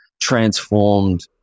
transformed